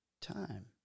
time